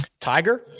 Tiger